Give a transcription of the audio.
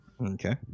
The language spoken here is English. Okay